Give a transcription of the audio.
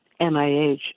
NIH